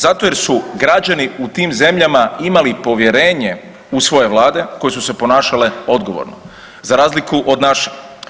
Zato jer su građani u tim zemljama imali povjerenje u svoje vlade koje su se ponašale odgovorno, za razliku od naše.